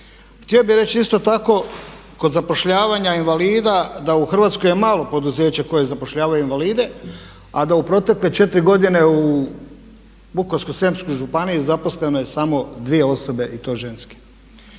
Htio bih reći isto tako kod zapošljavanja invalida da u Hrvatskoj je malo poduzeća koji zapošljavaju invalide, a da u protekle četiri godine u Vukovarsko-srijemskoj županiji zaposleno je samo dvije osobe i to ženske.